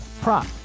prop